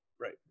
Right